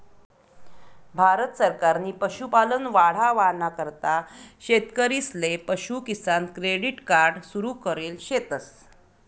भारत सरकारनी पशुपालन वाढावाना करता शेतकरीसले पशु किसान क्रेडिट कार्ड सुरु करेल शेतस